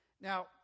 Now